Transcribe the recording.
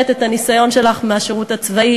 אמרה לי ענת: זאת לא הצמה שלי,